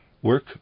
work